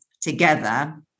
together